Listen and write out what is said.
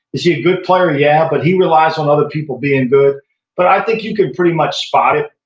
is he a good player? yeah, but he relies on other people being good but i think you can pretty much spot it,